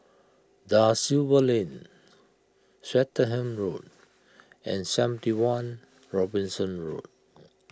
Da Silva Lane Swettenham Road and seventy one Robinson Road